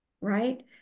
right